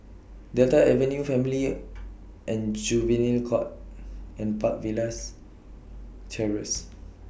Delta Avenue Family and Juvenile Court and Park Villas Terrace